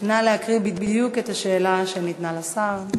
נא להקריא בדיוק את השאלה שניתנה לשר.